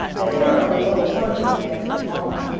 the hair on the lower part of his neck is long.